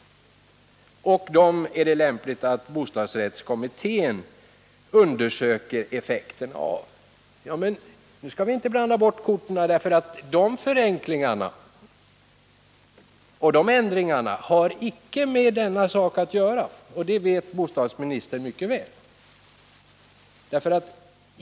Bostadsrättskommittén ——-— skall enligt sina direktiv bl.a. undersöka effekterna av dessa ändringar och förenklingar.” Nu skall vi inte blanda bort korten, Birgit Friggebo! Förenklingarna och ändringarna har icke med den här saken att göra. Det vet bostadsministern mycket väl.